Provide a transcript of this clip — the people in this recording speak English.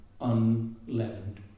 unleavened